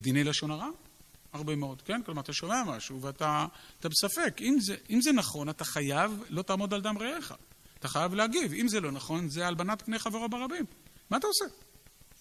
דיני לשון הרע? הרבה מאוד, כן? כלומר, אתה שומע משהו ואתה בספק, אם זה נכון, אתה חייב. לא תעמוד על דם רעיך. אתה חייב להגיב. אם זה לא נכון, זה הלבנת פני חברו ברבים. מה אתה עושה?